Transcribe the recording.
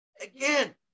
again